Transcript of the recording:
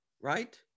right